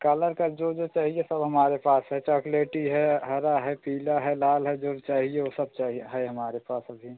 colour का जो जो चाहिए सब हमारे पास है चॉकलेटी है हरा है पीला है लाल है जो भी चाहिए वे सब चाहिए हैं हमारे पास अभी